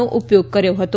નો ઉપયોગ કરાયો હતો